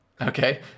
Okay